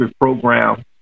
program